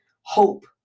Hope